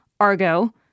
Argo